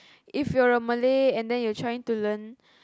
if you're a Malay and then you're trying to learn